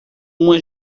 uma